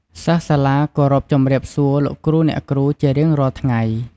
សិស្សសាលាគោរពជម្រាបសួរលោកគ្រូអ្នកគ្រូ ជារៀងរាល់ថ្ងៃ។